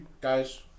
guys